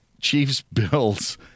Chiefs-Bills